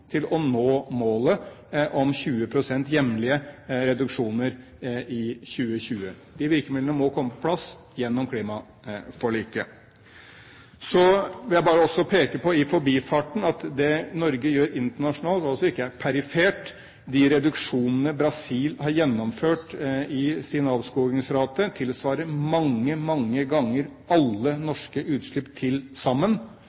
til å nå målet om 20 pst. hjemlige reduksjoner innen 2020. De virkemidlene må komme på plass gjennom klimaforliket. Så vil jeg også peke på i forbifarten at det Norge gjør internasjonalt, ikke er perifert. De reduksjonene Brasil har gjennomført i sin avskogingsrate, tilsvarer mange ganger alle norske utslipp til sammen.